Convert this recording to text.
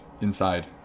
inside